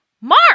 Mark